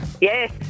Yes